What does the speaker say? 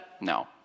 No